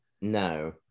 No